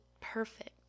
perfect